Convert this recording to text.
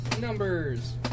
Numbers